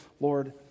Lord